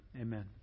Amen